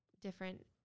different